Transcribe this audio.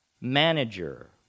manager